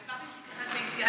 אני אשמח אם תתייחס ל-ECI,